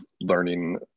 learning